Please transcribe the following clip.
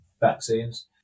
vaccines